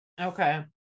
Okay